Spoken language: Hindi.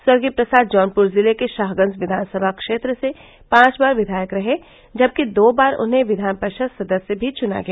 स्वर्गीय प्रसाद जौनपुर जिले के शाहगंज विघानसभा क्षेत्र से पांच बार विधायक रहे जबकि दो बार उन्हें विधान परिषद सदस्य भी चुना गया